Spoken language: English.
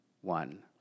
one